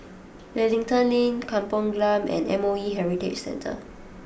Wellington Link Kampung Glam and MOE Heritage Centre